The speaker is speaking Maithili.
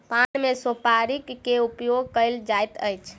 पान मे सुपाड़ी के उपयोग कयल जाइत अछि